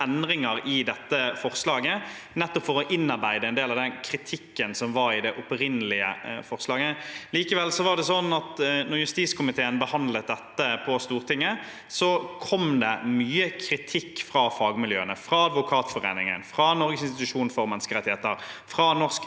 endringer i dette forslaget nettopp for å innarbeide en del av kritikken som var i det opprinnelige forslaget. Da justiskomiteen behandlet dette på Stortinget, kom det likevel mye kritikk fra fagmiljøene – fra Advokatforeningen, fra Norges institusjon for menneskerettigheter, fra Norsk